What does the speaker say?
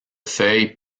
feuille